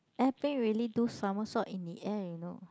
airplane really do somersault in the air you know